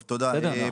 תודה.